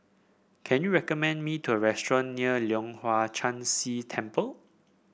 can you recommend me restaurant near Leong Hwa Chan Si Temple